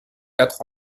quatre